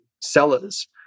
sellers